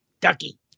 Ducky